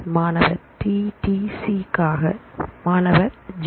மாணவர் T T C க்கா மாணவர் G